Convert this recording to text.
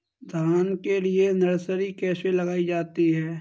धान के लिए नर्सरी कैसे लगाई जाती है?